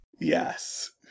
Yes